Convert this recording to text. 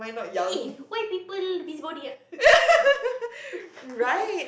eh eh why people busybody ah